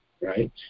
right